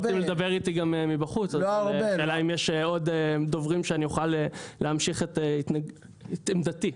השאלה אם יש עוד דוברים או שאוכל להביע את עמדתי.